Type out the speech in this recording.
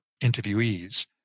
interviewees